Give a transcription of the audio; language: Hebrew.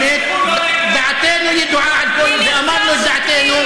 אם לא ירצחו, דעתנו ידועה לכול, ואמרנו את דעתנו.